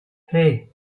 hey